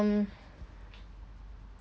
mm